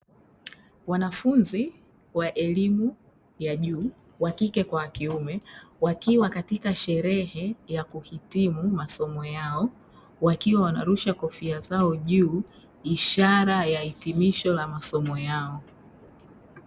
Wanafunzi wa elimu ya juu, wakike kwa wakiume, wakiwa katika sherehe, ya kuhitimu masomo yao, wakiwa wanarusha kofia zao juu, ishara ya hitimisho la masomo yao.